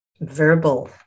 verbal